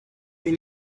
when